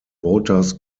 voters